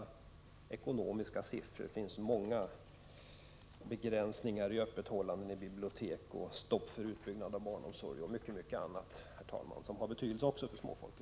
Bakom dessa siffror finns många begränsningar i öppethållandet av biblio tek, stopp för utbyggnad av barnomsorg och mycket annat, som också har betydelse för småfolket.